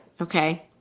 okay